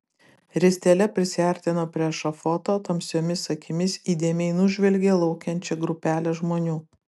ristele prisiartino prie ešafoto tamsiomis akimis įdėmiai nužvelgė laukiančią grupelę žmonių